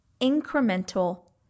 incremental